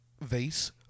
vase